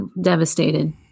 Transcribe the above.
devastated